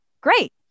great